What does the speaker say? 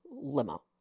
limo